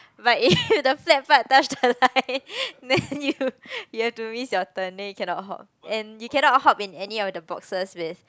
but if the flat part touch the line then you you have to miss your turn then you cannot hop and you cannot hop in any of the boxes with